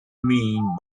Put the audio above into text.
mean